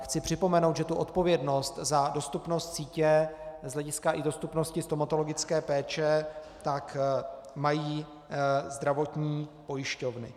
Chci připomenout, že odpovědnost za dostupnost sítě z hlediska i dostupnosti stomatologické péče mají zdravotní pojišťovny.